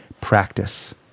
practice